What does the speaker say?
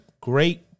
great